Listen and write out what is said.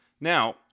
Now